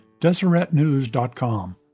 DeseretNews.com